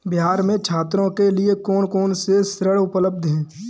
बिहार में छात्रों के लिए कौन कौन से ऋण उपलब्ध हैं?